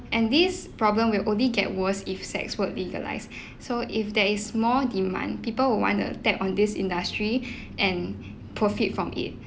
and this problem will only get worse if sex work legalised so if there is more demand people will want to tap on this industry and profit from it